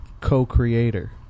co-creator